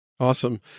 Awesome